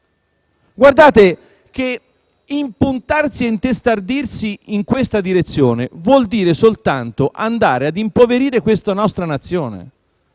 Guardate che impuntarsi e intestardirsi in questa direzione vuol dire soltanto andare ad impoverire questa nostra Nazione.